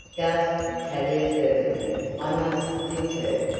gasped tavia fervently. i must lift her!